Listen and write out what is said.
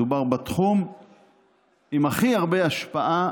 מדובר בתחום עם הכי הרבה השפעה